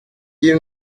ils